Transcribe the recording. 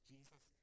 Jesus